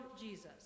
Jesus